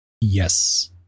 Yes